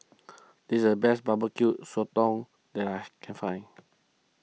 this is the best Barbecue Sotong that I can find